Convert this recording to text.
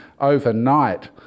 overnight